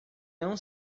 não